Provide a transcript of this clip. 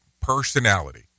personality